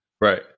Right